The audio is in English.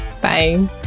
Bye